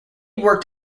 worked